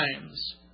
times